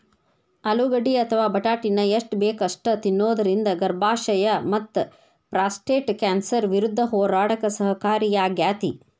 ಆಲೂಗಡ್ಡಿ ಅಥವಾ ಬಟಾಟಿನ ಎಷ್ಟ ಬೇಕ ಅಷ್ಟ ತಿನ್ನೋದರಿಂದ ಗರ್ಭಾಶಯ ಮತ್ತಪ್ರಾಸ್ಟೇಟ್ ಕ್ಯಾನ್ಸರ್ ವಿರುದ್ಧ ಹೋರಾಡಕ ಸಹಕಾರಿಯಾಗ್ಯಾತಿ